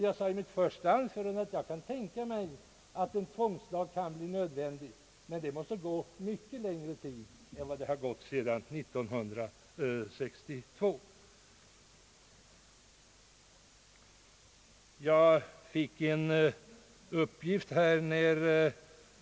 Jag sade i mitt första anförande att jag kunde tänka mig att en tvångslag blev nödvändig men att det i så fall borde ha gått mycket längre tid, om den skulle genomföras, än den tid som gått sedan 1962.